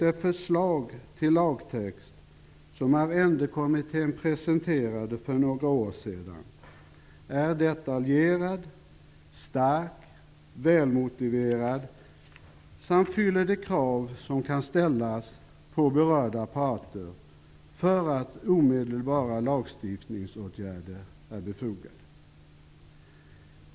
Det förslag till lagtext som Arrendekommittén presenterade för några år sedan är detaljerat, starkt och välmotiverat samt fyller de krav som kan ställas på berörda parter. Omedelbara lagstiftningsåtgärder är därför befogade.